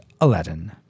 Aladdin